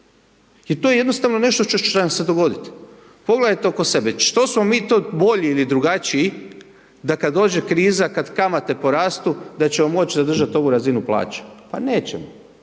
to je jednostavno nešto što će nam se dogoditi. Pogledajte oko sebe, što smo mi to bolji ili drugačiji da kad dođe kriza, kad kamate porastu da ćemo moć zadržati ovu razinu plaće, pa nećemo.